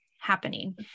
happening